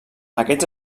aquests